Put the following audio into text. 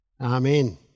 amen